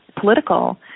political